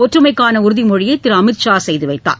ஒற்றுமைக்கான உறுதிமொழியை திரு அமித் ஷா செய்துவைத்தார்